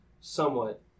somewhat